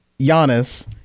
Giannis